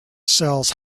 sells